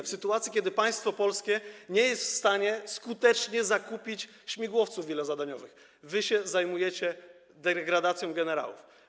W sytuacji, kiedy polskie państwo nie jest w stanie skutecznie zakupić śmigłowców wielozadaniowych, wy się zajmujecie degradacją generałów.